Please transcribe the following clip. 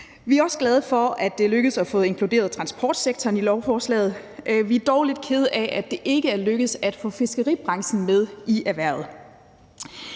Vi er også glade for, at det er lykkedes at få inkluderet transportsektoren i lovforslaget. Vi er dog lidt kede af, at det ikke er lykkedes at få fiskeribranchen med. En anden